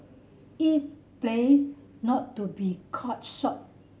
it's plays not to be caught short